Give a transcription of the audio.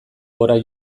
gora